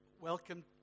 Welcome